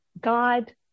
God